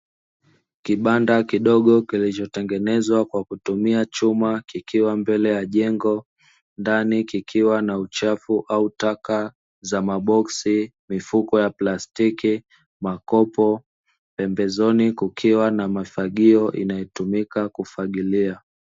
Kibanda kidogo kilichotengenezwa kwa kutumia chuma kikiwa mbele ya jengo, ndani kikiwa na uchafu au taka za maboksi, mifuko ya plastiki, makopo. Pembezoni kukiwa na mafagio inayotumika kufagilia.